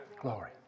Glory